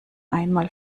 einmal